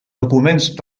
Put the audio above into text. documents